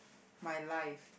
my life